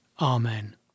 Amen